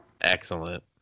Excellent